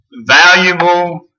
valuable